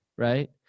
right